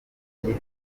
bihaye